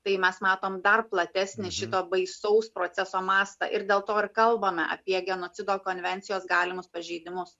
tai mes matom dar platesnį šito baisaus proceso mastą ir dėl to ir kalbame apie genocido konvencijos galimus pažeidimus